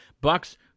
Bucks